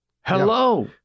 Hello